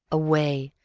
away!